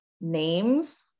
names